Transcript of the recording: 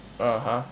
(uh huh)